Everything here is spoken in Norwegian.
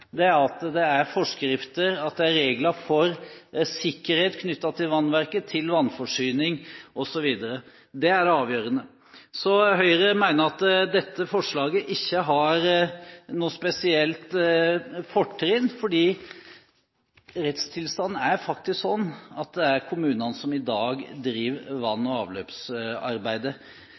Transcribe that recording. at det er forskrifter, at det er regler for sikkerhet knyttet til vannverket, til vannforsyning osv. Det er det avgjørende. Høyre mener at dette forslaget ikke har noe spesielt fortrinn, fordi rettstilstanden faktisk er slik at det er kommunene som i dag driver vann- og avløpsarbeidet.